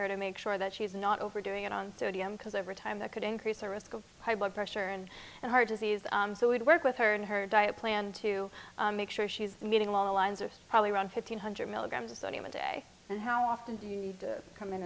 her to make sure that she is not overdoing it on sodium because over time that could increase our risk of high blood pressure and heart disease so we'd work with her and her diet plan to make sure she's meeting along the lines of probably around fifteen hundred milligrams of sodium a day and how often do you need to come in